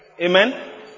Amen